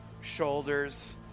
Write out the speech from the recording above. shoulders